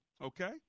okay